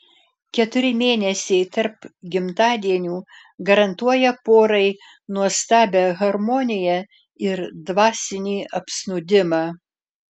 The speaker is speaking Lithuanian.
keturi mėnesiai tarp gimtadienių garantuoja porai nuostabią harmoniją ir dvasinį apsnūdimą